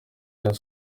rayon